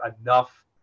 enough